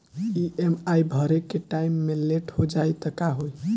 EMI भरे के time मे लेट हो जायी त का होई?